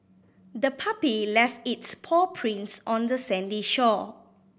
the puppy left its paw prints on the sandy shore